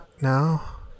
now